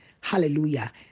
Hallelujah